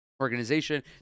organization